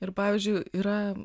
ir pavyzdžiui yra